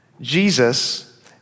Jesus